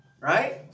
right